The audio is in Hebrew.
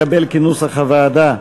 התקבל כנוסח הוועדה.